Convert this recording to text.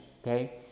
okay